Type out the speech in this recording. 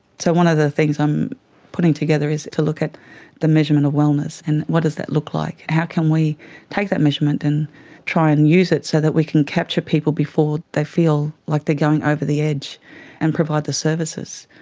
so one of the things i'm putting together is to look at the measurement of wellness, and what does that look like? how can we take that measurement and try and use it so that we can capture people before they feel like they're going over the edge and provide the services?